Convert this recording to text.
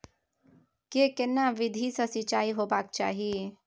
के केना विधी सॅ सिंचाई होबाक चाही?